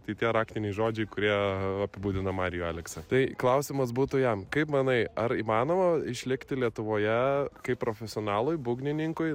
tai tie raktiniai žodžiai kurie apibūdina marijų aleksą tai klausimas būtų jam kaip manai ar įmanoma išlikti lietuvoje kaip profesionalui būgnininkui